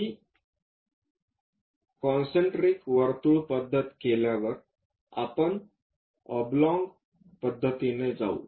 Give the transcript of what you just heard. ही concentric वर्तुळ पद्धत केल्यावर आपण ऑबलॉंग पद्धतीने जाऊ